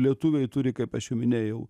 lietuviai turi kaip aš jau minėjau